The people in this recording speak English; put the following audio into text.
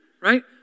right